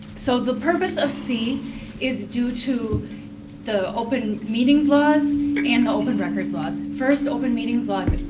so, the purpose of c is due to the open meetings laws and the open records laws. first, open meetings laws.